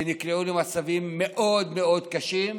שנקלעו למצבים מאוד מאוד קשים,